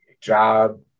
job